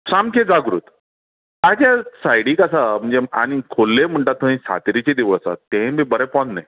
सामके जागृत ताजा सायडीक आसा म्हणजे आनीक खोर्ले म्हणटा थंय सातेरीचें देवूळ आसा तेय बी बरें पोन्ने